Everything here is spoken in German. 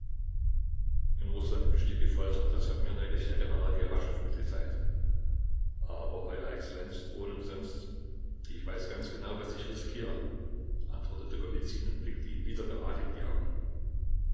in rußland besteht die folter das hat mir neulich der general ljewaschow mitgeteilt aber euer exzellenz drohen umsonst ich weiß ganz genau was ich riskiere antwortete golizyn und blickte ihm wieder gerade in die augen